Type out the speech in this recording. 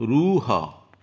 ରୁହ